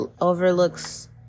overlooks